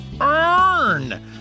earn